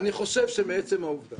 אני חושב שמעצם העובדה